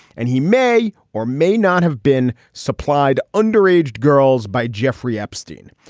and he may or may not have been supplied underage girls by jeffrey epstein.